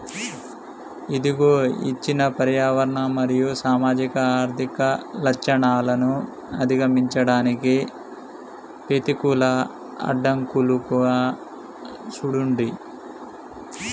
ఇదిగో ఇచ్చిన పర్యావరణ మరియు సామాజిక ఆర్థిక లచ్చణాలను అధిగమించడానికి పెతికూల అడ్డంకులుగా సూడండి